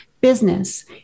business